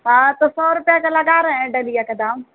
हाँ तो सौ रुपये का लगा रहे हैं डलिया का दाम